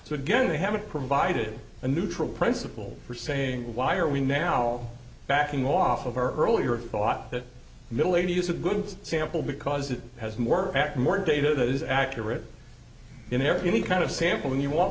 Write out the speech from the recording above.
so again they haven't provided a neutral principle for saying why are we now backing off of our earlier thought that middle age to use a good sample because it has more act more data that is accurate in any kind of sample when you want